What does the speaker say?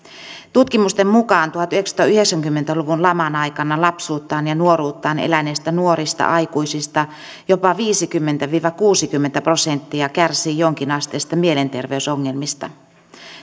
tutkimusten mukaan tuhatyhdeksänsataayhdeksänkymmentä luvun laman aikana lapsuuttaan ja nuoruuttaan eläneistä nuorista aikuisista jopa viisikymmentä viiva kuusikymmentä prosenttia kärsii jonkinasteisista mielenterveysongelmista